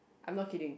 I'm not kidding